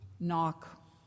Knock